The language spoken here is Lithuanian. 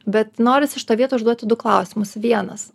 bet norisi šitoj vietoj užduoti du klausimus vienas